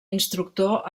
instructor